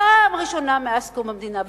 פעם ראשונה מאז קום המדינה.